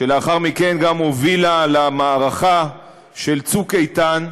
שלאחר מכן גם הובילה למערכה של צוק איתן,